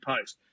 post